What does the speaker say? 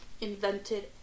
invented